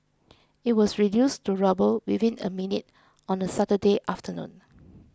it was reduced to rubble within a minute on a Saturday afternoon